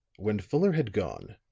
when fuller had gone,